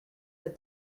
but